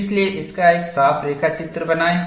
इसलिए इसका एक साफ रेखाचित्र बनाएं